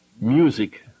Music